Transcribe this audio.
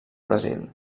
brasil